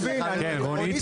אבל אתה לא יכול